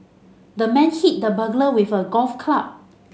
the man hit the burglar with a golf club